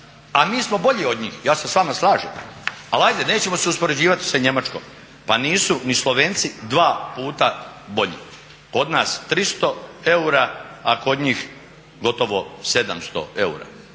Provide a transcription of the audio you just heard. a mi smo bolji od njih, ja se s vama slažem. Ali ajde nećemo se uspoređivati sa Njemačkom. Pa nisu ni Slovenci 2 puta bolji. Kod nas 300 eura, a kod njih gotovo 700 eura.